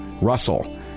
Russell